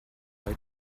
api